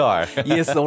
yes